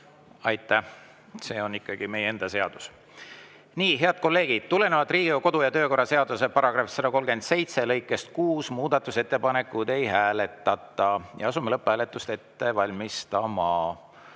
Aitäh! See on ikkagi meie enda seadus. Nii, head kolleegid, tulenevalt Riigikogu kodu- ja töökorra seaduse § 137 lõikest 6 muudatusettepanekuid ei hääletata. Asume lõpphääletust ette valmistama.